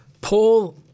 Paul